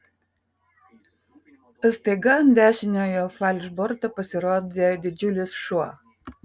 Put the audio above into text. staiga ant dešiniojo falšborto pasirodė didžiulis šuo